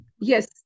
Yes